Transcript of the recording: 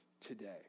today